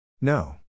No